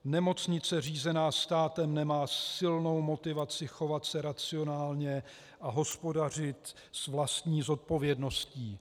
Nemocnice řízená státem nemá silnou motivaci chovat se racionálně a hospodařit s vlastní zodpovědností.